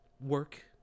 work